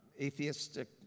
atheistic